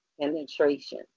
penetration